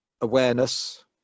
awareness